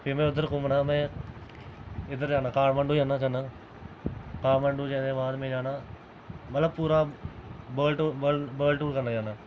famous जगह घुम्मना में इद्धर लद्दाख काठमांडू जन्नां काठमांडु में बाद च जाना मतलब पूरा वर्ल्ड टूर करना चाहन्नां